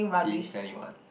see seventy one